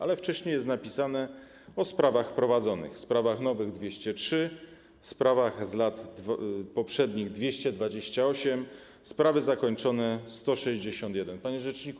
Ale wcześniej jest napisane o sprawach prowadzonych: spraw nowych jest 203, spraw z lat poprzednich - 228, spraw zakończonych - 161. Panie Rzeczniku!